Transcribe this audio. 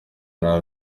nta